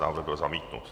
Návrh byl zamítnut.